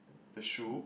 the shoe